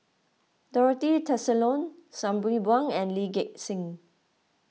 Dorothy Tessensohn Sabri Buang and Lee Gek Seng